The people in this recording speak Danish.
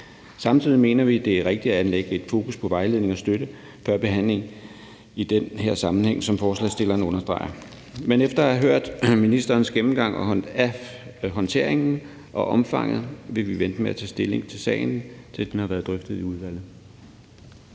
sammenhæng er rigtigt at anlægge et fokus på vejledning og støtte før behandling, hvad forslagsstillerne understreger. Men efter at have hørt at ministerens gennemgang af håndteringen og omfanget, vil vi vente med at tage stilling til sagen, til den har været drøftet i udvalget.